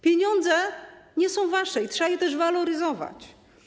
Pieniądze nie są wasze i trzeba je też waloryzować.